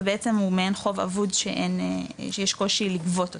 ובעצם הוא מעין חוב אבוד שיש קושי לגבות אותו.